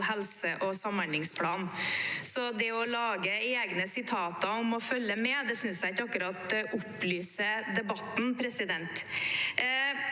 helse- og samhandlingsplan. Det å lage egne sitater om å følge med synes jeg ikke akkurat opplyser debatten. Ventetidene